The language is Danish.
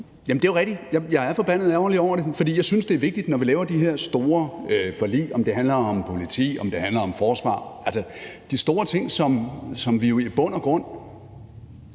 Det er jo rigtigt. Jeg er forbandet ærgerlig over det, for når vi laver de her store forlig – hvad end det handler om politi eller handler om forsvar, altså de store ting, som vi jo i bund og grund